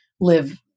live